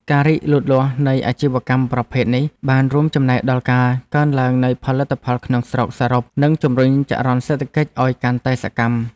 ការរីកលូតលាស់នៃអាជីវកម្មប្រភេទនេះបានរួមចំណែកដល់ការកើនឡើងនៃផលិតផលក្នុងស្រុកសរុប និងជម្រុញចរន្តសេដ្ឋកិច្ចឲ្យកាន់តែសកម្ម។